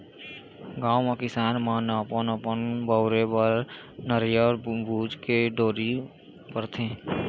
गाँव म किसान मन ह अपन घर बउरे बर नरियर बूच के डोरी बरथे